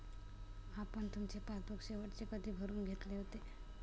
आपण तुमचे पासबुक शेवटचे कधी भरून घेतले होते?